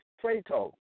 Plato